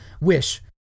wish